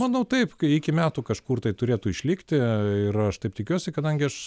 manau taip kai iki metų kažkur tai turėtų išlikti ir aš taip tikiuosi kadangi aš